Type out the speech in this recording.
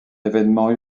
évènement